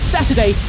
Saturday